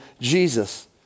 Jesus